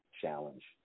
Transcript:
challenge